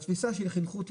בתפיסה שחינכו אותי,